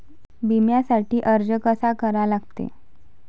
बिम्यासाठी अर्ज कसा करा लागते?